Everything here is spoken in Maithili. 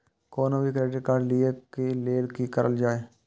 कोनो भी क्रेडिट कार्ड लिए के लेल की करल जाय?